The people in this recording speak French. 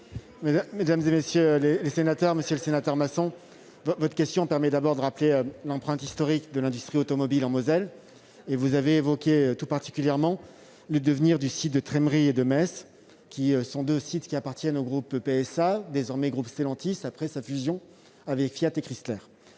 Merci, monsieur le président ! Monsieur le sénateur Masson, votre question permet tout d'abord de rappeler l'empreinte historique de l'industrie automobile en Moselle. Vous avez évoqué tout particulièrement le devenir des sites de Trémery et de Metz, qui tous deux appartiennent au groupe PSA, désormais groupe Stellantis après sa fusion avec Fiat et Chrysler.